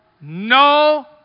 no